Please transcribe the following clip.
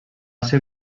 ser